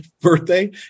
birthday